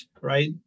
right